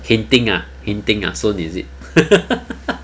hinting ah hinting ah soon is it